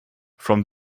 from